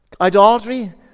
Idolatry